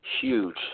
huge